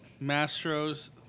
Mastro's